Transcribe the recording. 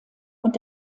und